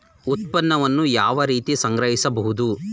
ಉತ್ಪನ್ನವನ್ನು ಯಾವ ರೀತಿ ಸಂಗ್ರಹಿಸಬಹುದು?